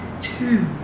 Two